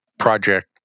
project